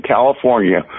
California